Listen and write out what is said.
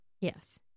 Yes